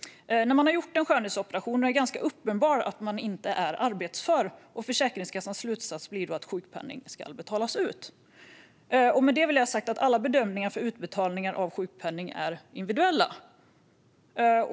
När man har gjort en skönhetsoperation är det ganska uppenbart att man inte är arbetsför, och Försäkringskassans slutsats blir då att sjukpenning ska betalas ut. Med detta vill jag ha sagt att alla bedömningar för utbetalning av sjukpenning är individuella.